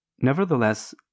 Nevertheless